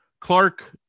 Clark